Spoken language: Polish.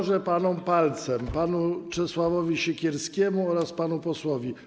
Grożę panom palcem - panu Czesławowi Siekierskiemu oraz panu posłowi.